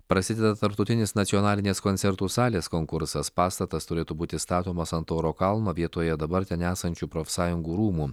prasideda tarptautinis nacionalinės koncertų salės konkursas pastatas turėtų būti statomas ant tauro kalno vietoje dabar ten esančių profsąjungų rūmų